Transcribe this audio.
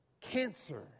...cancer